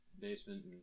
Basement